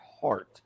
heart